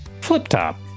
Flip-top